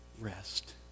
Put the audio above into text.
rest